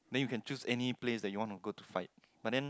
then you can choose any place that you wanna go to fight but then